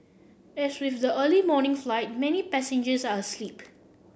as with the early morning flight many passengers are asleep